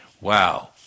Wow